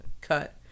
cut